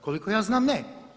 Koliko ja znam ne.